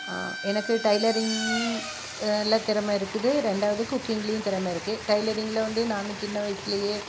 எனக்கு டைலரிங் ல்ல திறமை இருக்குது ரெண்டாவது குக்கிங்லையும் திறமை இருக்கு டைலரிங்கில் வந்து நான் சின்ன வயிசுலையே